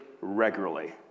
regularly